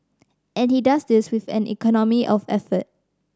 and he does this with an economy of effort